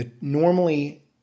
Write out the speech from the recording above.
normally